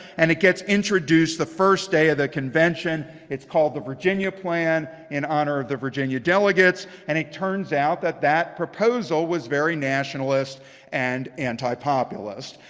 and it gets introduced the first day of the convention. it's called the virginia plan in honor of the virginia delegates. and it turns out that that proposal was very nationalist and antipopulist.